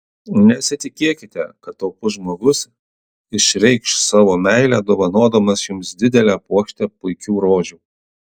nesitikėkite kad taupus žmogus išreikš savo meilę dovanodamas jums didelę puokštę puikių rožių